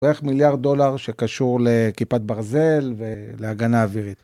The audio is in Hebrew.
בערך מיליארד דולר שקשור לכיפת ברזל ולהגנה אווירית.